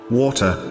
water